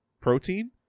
protein